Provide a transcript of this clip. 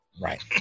Right